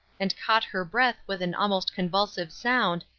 and caught her breath with an almost convulsive sound,